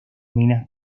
minas